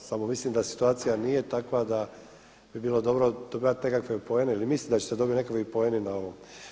Samo mislim da situacija nije takva da bi bilo dobro dobivati nekakve poene ili misliti da će se dobiti nekakvi poeni na ovo.